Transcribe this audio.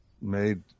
made